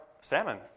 salmon